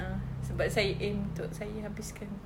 uh sebab saya aim untuk saya habiskan